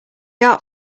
art